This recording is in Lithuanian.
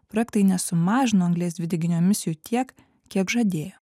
projektai nesumažino anglies dvideginio emisijų tiek kiek žadėjo